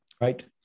Right